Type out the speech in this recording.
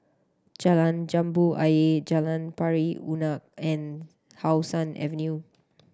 Jalan Jambu Ayer Jalan Pari Unak and How Sun Avenue